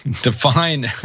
Define